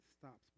stops